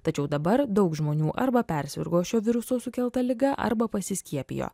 tačiau dabar daug žmonių arba persirgo šio viruso sukelta liga arba pasiskiepijo